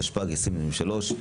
התשפ"ג 2023,